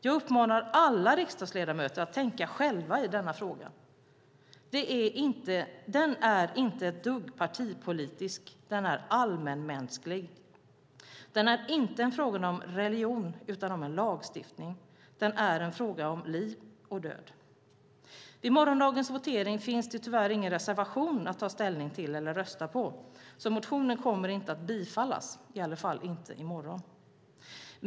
Jag uppmanar alla riksdagsledamöter att tänka själva i denna fråga. Den är inte ett dugg partipolitisk utan allmänmänsklig. Det är inte fråga om religion utan om lagstiftning. Det är fråga om liv och död. Vid morgondagens votering finns det tyvärr ingen reservation att ta ställning till eller att rösta på. Motionen kommer inte att bifallas - i alla fall inte i morgon.